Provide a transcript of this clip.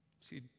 See